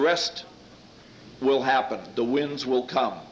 rest will happen the wins will come